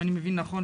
אם אני מבין נכון,